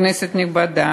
כנסת נכבדה,